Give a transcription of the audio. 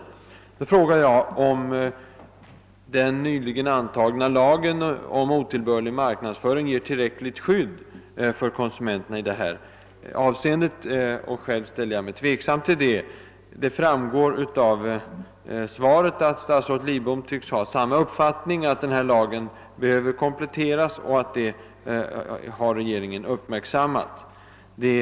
I interpellationen frågar jag om den nyligen antagna lagen mot otillbörlig marknadsföring ger tillräckligt skydd för konsumenterna. Själv ställer jag mig tveksam till om så är fallet när det gäller färdigförpackade varor. Det framgår av svaret att statsrådet Lidbom tycks dela den uppfattningen. Han säger att lagen behöver kompletteras och att regeringen har uppmärksammat detta.